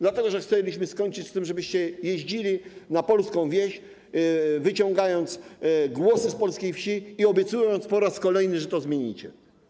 Dlatego, że chcielibyśmy skończyć z tym, żebyście jeździli na polską wieś, pozyskując głosy z polskiej wsi i obiecując po raz kolejny, że to zmienicie.